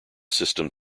system